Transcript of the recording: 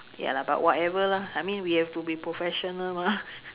ya lah but whatever lah I mean we have to be professional mah